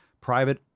private